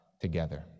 together